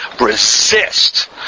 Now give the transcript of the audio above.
resist